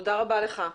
תודה רבה לך.